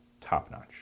top-notch